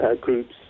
groups